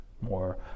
more